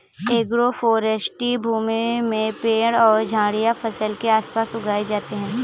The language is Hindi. एग्रोफ़ोरेस्टी भूमि में पेड़ और झाड़ियाँ फसल के आस पास उगाई जाते है